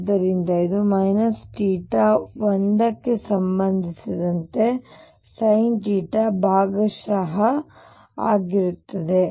ಆದ್ದರಿಂದ ಇದು θ ಥೀಟಾ 1 ಕ್ಕೆ ಸಂಬಂಧಿಸಿದಂತೆ sin θ ಭಾಗಶಃ ಆಗಿರುತ್ತದೆ